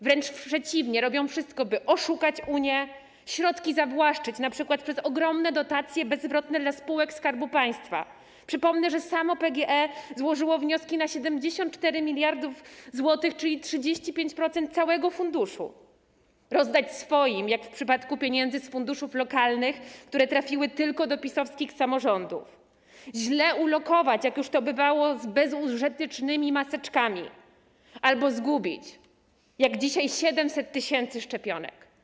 Wręcz przeciwnie, robią wszystko, by oszukać Unię, a środki zawłaszczyć, np. przez ogromne dotacje bezzwrotne dla spółek Skarbu Państwa - przypomnę, że samo PGE złożyło wnioski na 74 mld zł, czyli 35% całego funduszu - rozdać swoim, jak w przypadku pieniędzy z funduszów lokalnych, które trafiły tylko do PiS-owskich samorządów, źle ulokować, jak już to bywało z bezużytecznymi maseczkami, albo zgubić, jak dzisiaj 700 tys. szczepionek.